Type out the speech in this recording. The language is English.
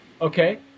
Okay